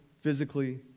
physically